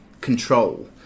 control